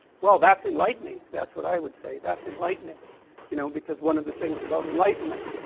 well that's enlightening, that's what i would say, that's enlightening you know because one of the things about enlightenment